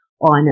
on